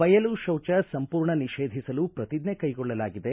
ಬಯಲು ಶೌಜ ಸಂಪೂರ್ಣ ನಿಷೇಧಿಸಲು ಪ್ರತಿಜ್ಞೆ ಕೈಗೊಳ್ಳಲಾಗಿದೆ